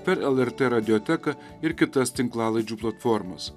per lrt radioteką ir kitas tinklalaidžių platformas